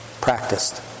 practiced